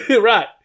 Right